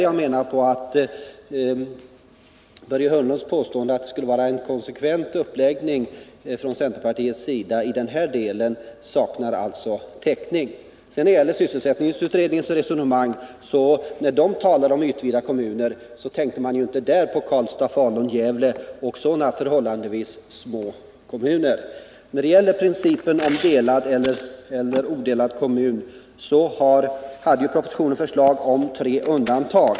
Jag menar alltså att Börje Hörnlunds påstående att det skulle vara en konsekvent uppläggning från centerpartiets sida i den här delen saknar täckning. När sysselsättningsutredningen talade om ytvida kommuner tänkte man inte på sådana förhållandevis små kommuner som Karlstad, Falun och Gävle. I propositionen föreslogs tre undantag från principen odelad kommun.